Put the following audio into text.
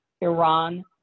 Iran